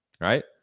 right